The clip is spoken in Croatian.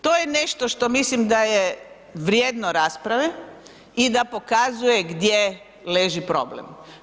To je nešto što mislim da je vrijedno rasprave i da pokazuje gdje leži problem.